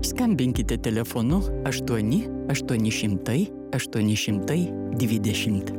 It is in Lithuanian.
skambinkite telefonu aštuoni aštuoni šimtai aštuoni šimtai dvidešimt